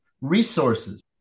resources